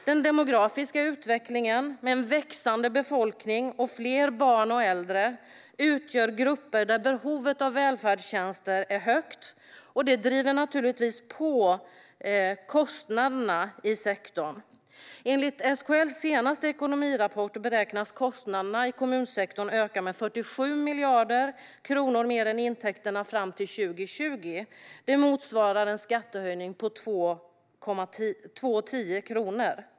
Den demografiska utvecklingen med en växande befolkning och fler barn och äldre, som utgör grupper där behovet av välfärdstjänster är högt, driver naturligtvis på kostnaderna i sektorn. Enligt SKL:s senaste ekonomirapport beräknas kostnaderna i kommunsektorn öka med 47 miljarder kronor mer än intäkterna fram till 2020. Det motsvarar en skattehöjning på 2,10 kronor.